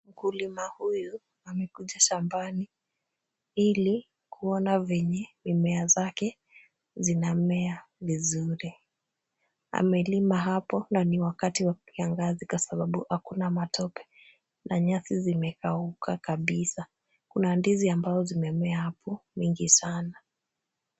Mkulima huyu amekuja shambani ili kuona vyenye mimea zake zinamea vizuri. Amelima hapo na ni wakati wa kiangazi kwa sababau hakuna matope na nyasi zimekauka kabisa. Kuna ndizi ambao zimemea hapo mingi sana.